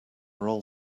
roll